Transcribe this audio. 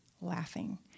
laughing